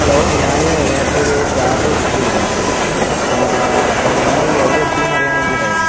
hello ഞാൻ നേരത്തെ ഒരു ക്യാബ് ബുക്ക് ചെയ്തിട്ടുണ്ടായിരുന്നു ആ അപ്പോൾ നിങ്ങൾ എവിടെ എത്തി എന്ന് അറിയാൻ വേണ്ടിയിട്ടായിരുന്നു